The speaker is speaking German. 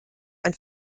ein